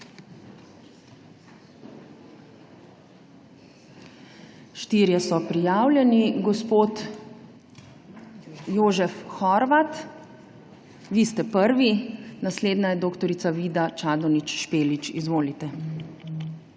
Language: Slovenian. Štirje so prijavljeni. Gospod Jožef Horvat, vi ste prvi. Naslednja je dr. Vida Čadonič Špelič. Izvolite.